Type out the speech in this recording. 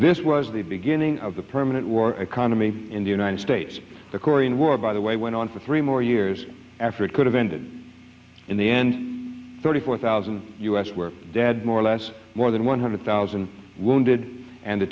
this was the beginning of the permanent war economy in the united states the korean war by the way went on for three more years after it could have ended in the end the thirty four thousand us where dad more or less more than one hundred thousand wounded and the